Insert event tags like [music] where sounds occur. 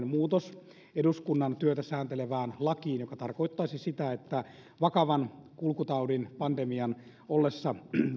[unintelligible] muutos eduskunnan työtä sääntelevään lakiin mikä tarkoittaisi sitä että vakavan kulkutaudin pandemian ollessa